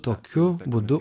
tokiu būdu